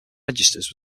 registers